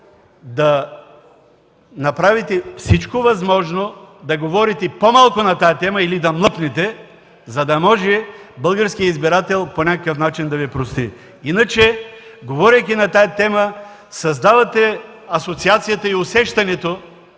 да направите всичко възможно да говорите по-малко на тази тема или да млъкнете, да за може българският избирател по някакъв начин да Ви прости. Иначе, говорейки на тази тема, създавате асоциацията и усещането,